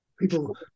people